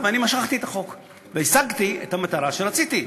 ואני משכתי את החוק והשגתי את המטרה שרציתי.